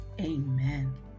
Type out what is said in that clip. Amen